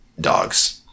dogs